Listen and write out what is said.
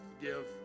give